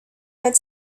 had